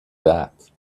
that